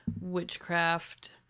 witchcraft